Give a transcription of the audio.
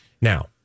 Now